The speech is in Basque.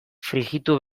frijitu